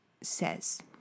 says